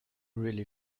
really